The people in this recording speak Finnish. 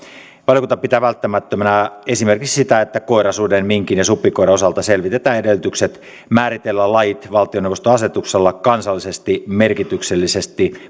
valiokunta pitää välttämättömänä esimerkiksi sitä että koirasuden minkin ja supikoiran osalta selvitetään edellytykset määritellä lajit valtioneuvoston asetuksella kansallisesti merkityksellisiksi